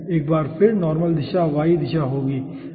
एक बार फिर नॉर्मल दिशा y दिशा होगी